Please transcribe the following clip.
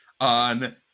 on